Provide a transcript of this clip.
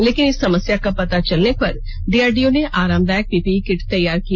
लेकिन इस समस्या का पता चलने पर डीआरडीओ ने आरामदायक पीपीई किट तैयार किया